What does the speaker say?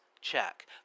Check